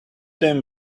them